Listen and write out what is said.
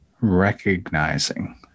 recognizing